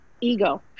ego